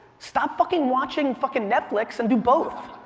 stop fucking watching fucking netflix and do both.